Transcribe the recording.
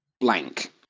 blank